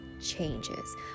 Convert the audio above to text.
changes